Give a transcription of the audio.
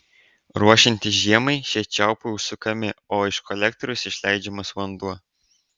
ruošiantis žiemai šie čiaupai užsukami o iš kolektoriaus išleidžiamas vanduo